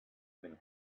even